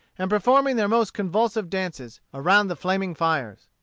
and performing their most convulsive dances, around the flaming fires.